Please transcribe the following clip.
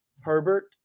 Herbert